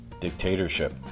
Dictatorship